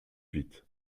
huit